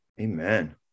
Amen